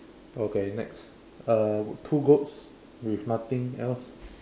okay next uh two goats with nothing else